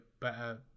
better